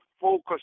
focus